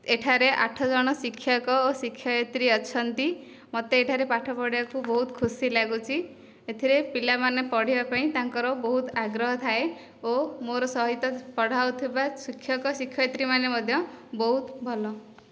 ଏଠାରେ ଆଠ ଜଣ ଶିକ୍ଷକ ଓ ଶିକ୍ଷୟତ୍ରୀ ଅଛନ୍ତି ମୋତେ ଏଠାରେ ପାଠ ପଢ଼ାଇବାକୁ ବହୁତ ଖୁସି ଲାଗୁଛି ଏଥିରେ ପିଲାମାନେ ପଢ଼ିବା ପାଇଁ ତାଙ୍କର ବହୁତ ଆଗ୍ରହ ଥାଏ ଓ ମୋର ସହିତ ପଢ଼ାଉଥିବା ଶିକ୍ଷକ ଶିକ୍ଷୟିତ୍ରୀ ମଧ୍ୟ ବହୁତ ଭଲ